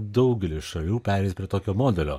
daugely šalių pereis prie tokio modelio